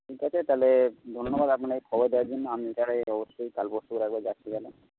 ঠিক আছে তাহলে ধন্যবাদ খবর দেবার জন্য আমি তাহলে অবশ্যই কাল পরশু যাচ্ছি তাহলে